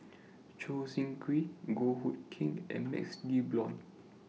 Choo Seng Quee Goh Hood Keng and MaxLe Blond